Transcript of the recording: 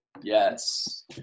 yes